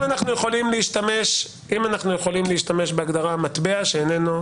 אם אנחנו יכולים להשתמש בהגדרה מטבע שאיננו,